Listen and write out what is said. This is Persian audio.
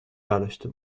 برداشته